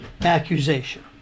accusation